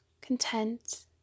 content